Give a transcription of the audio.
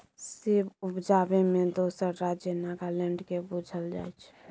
सेब उपजाबै मे दोसर राज्य नागालैंड केँ बुझल जाइ छै